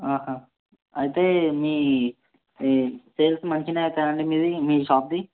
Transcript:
అయితే మీ మీ పేరుకు మంచిగనే అవుతుందండి మీది మీ షాప్ది